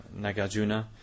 Nagarjuna